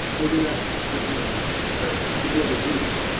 ended up having severe disease.